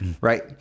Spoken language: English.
right